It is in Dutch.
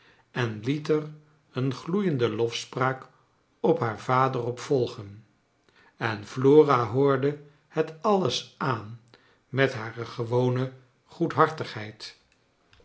en liet er een gioeiende lofspraak op haar vader op volgen en flora hoorde het alles aan met hare gewone